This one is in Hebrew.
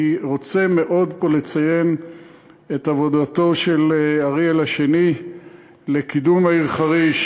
אני רוצה לציין את עבודתו של אריאל השני לקידום העיר חריש,